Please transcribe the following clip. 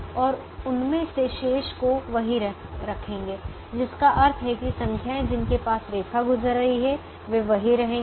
और उनमें से शेष को वही रखेंगे जिसका अर्थ है संख्याएं जिनके पास रेखा गुजर रही है वे वही रहेंगे